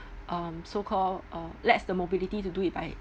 um so call uh lacks the mobility to do it by